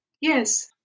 Yes